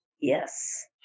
Yes